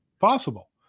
possible